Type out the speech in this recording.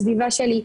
הסביבה שלי,